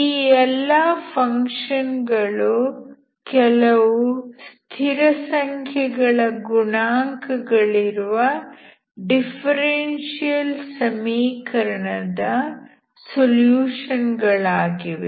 ಈ ಎಲ್ಲಾ ಫಂಕ್ಷನ್ ಗಳು ಕೆಲವು ಸ್ಥಿರಸಂಖ್ಯೆಗಳ ಗುಣಾಂಕಗಳಿರುವ ಡಿಫರೆನ್ಷಿಯಲ್ ಸಮೀಕರಣದ ಸೊಲ್ಯೂಷನ್ ಗಳಾಗಿವೆ